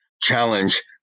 challenge